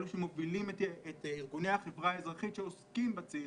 אלה שמובילים את ארגוני החברה האזרחית שעוסקים בצעירים,